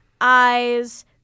eyes